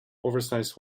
oversize